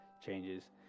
changes